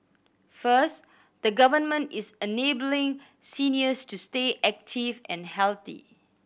first the Government is enabling seniors to stay active and healthy